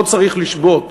לא צריך לשבות,